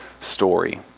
story